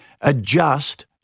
Adjust